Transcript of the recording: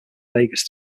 vegas